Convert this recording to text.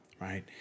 right